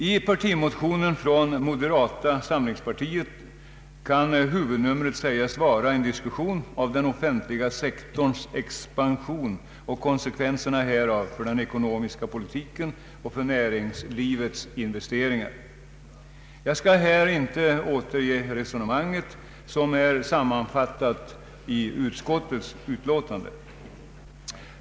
I partimotionerna från moderata samlingspartiet kan huvudnumret sägas vara en diskussion av den offentliga sektorns expansion och konsekvenserna härav för den ekonomiska politiken och för näringslivets investeringar. Jag skall här inte återge resonemanget, som är sammanfattat i utskottets utlåtande.